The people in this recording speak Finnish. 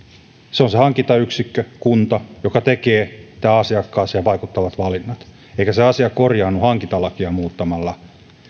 se on se hankintayksikkö kunta joka tekee tähän asiakkaaseen vaikuttavat valinnat eikä se asia korjaannu hankintalakia muuttamalla